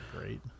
great